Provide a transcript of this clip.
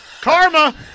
Karma